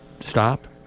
stop